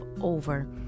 over